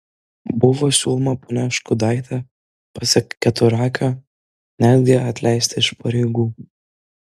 buvo siūloma ponią škiudaitę pasak keturakio netgi atleisti iš pareigų